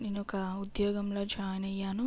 నేను ఒక ఉద్యోగంలో జాయిన్ అయ్యాను